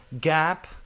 gap